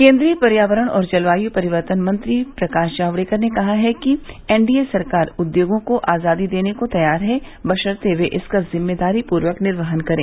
केन्द्रीय पर्यावरण और जलवाय परिवर्तन मंत्री प्रकाश जावड़ेकर ने कहा है कि एनडीए सरकार उद्योगों को आजादी देने को तैयार है बशर्ते वे इसका जिम्मेदारी पूर्वक निर्वहन करें